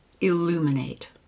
illuminate